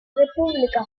república